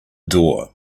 door